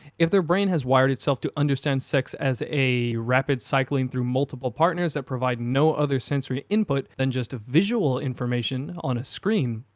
if their brain has wired itself to understand sex as a. rapid cycling through multiple partners that provide no other sensory input than just visual information on a screen.